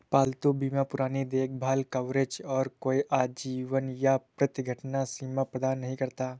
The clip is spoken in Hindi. पालतू बीमा पुरानी देखभाल कवरेज और कोई आजीवन या प्रति घटना सीमा प्रदान नहीं करता